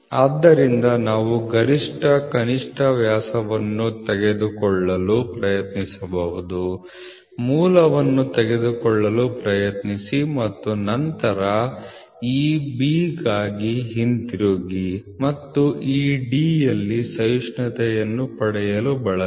ಆದ್ದರಿಂದ ನಾವು ಗರಿಷ್ಠ ಕನಿಷ್ಠ ವ್ಯಾಸವನ್ನು ತೆಗೆದುಕೊಳ್ಳಲು ಪ್ರಯತ್ನಿಸಬಹುದು ಮೂಲವನ್ನು ತೆಗೆದುಕೊಳ್ಳಲು ಪ್ರಯತ್ನಿಸಿ ಮತ್ತು ನಂತರ ಈ b ಗಾಗಿ ಹಿಂತಿರುಗಿ ಮತ್ತು ಈ D ಯಲ್ಲಿ ಸಹಿಷ್ಣುತೆಯನ್ನು ಪಡೆಯಲು ಬಳಸಿ